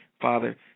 Father